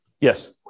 Yes